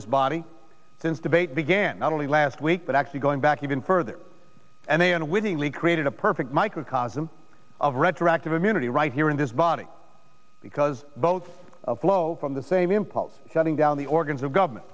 this body since debate began not only last week but actually going back even further and they unwittingly created a perfect microcosm of retroactive immunity right here in this body because both flow from the same impulse setting down the organs of government